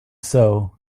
sow